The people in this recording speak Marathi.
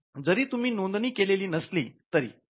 जरी तुम्ही नोंदणी केलेली नसली तरी